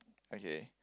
okay